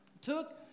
took